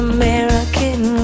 American